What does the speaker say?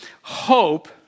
Hope